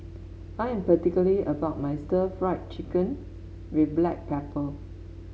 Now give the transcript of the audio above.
I am particular about my Stir Fried Chicken with Black Pepper